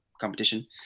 competition